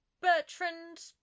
Bertrand